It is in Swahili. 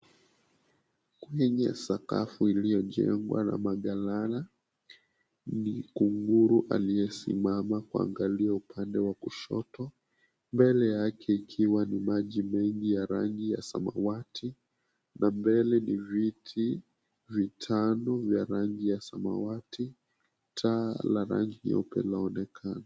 Kwenye sakafu iliyojengwa na magalana ni kunguru aliyesimama kuangalia upande wa kushoto, mbele yake ikiwa ni maji mengi ya rangi ya samawati na mbele ni viti vitano vya rangi ya samawati, taa la rangi nyeupe linaonekana.